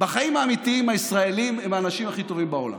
בחיים האמיתיים הישראלים הם האנשים הכי טובים בעולם.